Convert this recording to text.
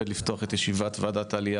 אני מתכבד לפתוח את ישיבת ועדת עלייה,